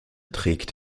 trägt